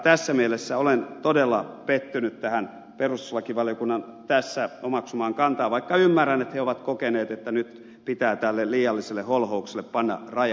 tässä mielessä olen todella pettynyt tähän perustuslakivaliokunnan tässä omaksumaan kantaan vaikka ymmärrän että he ovat kokeneet että nyt pitää tälle liialliselle holhoukselle panna raja